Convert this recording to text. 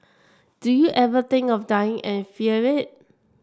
do you ever think of dying and fear it